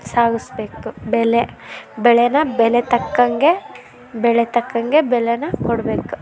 ಸಾಗಿಸ್ಬೇಕು ಬೆಲೆ ಬೆಳೇನ ಬೆಲೆಗೆ ತಕ್ಕಂತೆ ಬೆಳೆಗೆ ತಕ್ಕಂತೆ ಬೆಲೇನ ಕೊಡ್ಬೇಕು